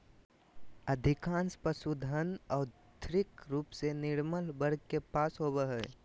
अधिकांश पशुधन, और्थिक रूप से निर्बल वर्ग के पास होबो हइ